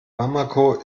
bamako